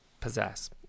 possess